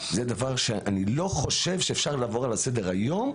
זה דבר שאני לא חושב שאפשר לעבור עליו לסדר היום,